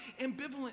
ambivalent